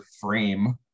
frame